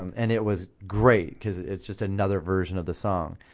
um and it was great cause it's just another version of the song.